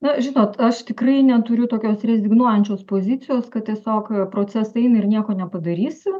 na žinot aš tikrai neturiu tokios rezignuojančios pozicijos kad tiesiog procesai eina ir nieko nepadarysi